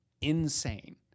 insane